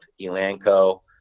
Elanco